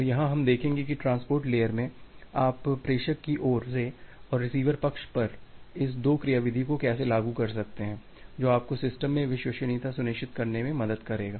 और यहां हम देखेंगे कि ट्रांसपोर्ट लेयर में आप प्रेषक की ओर से और रिसीवर पक्ष पर इस दो क्रियाविधि को कैसे लागू कर सकते हैं जो आपको सिस्टम में विश्वसनीयता सुनिश्चित करने में मदद करेगा